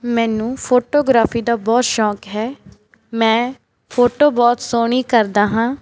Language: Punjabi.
ਮੈਨੂੰ ਫੋਟੋਗ੍ਰਾਫੀ ਦਾ ਬਹੁਤ ਸ਼ੌਂਕ ਹੈ ਮੈਂ ਫੋਟੋ ਬਹੁਤ ਸੋਹਣੀ ਕਰਦਾ ਹਾਂ